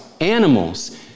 animals